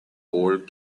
old